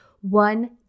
one